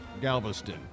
Galveston